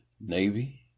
Navy